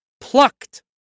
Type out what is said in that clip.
Plucked